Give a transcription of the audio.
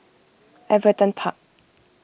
Everton Park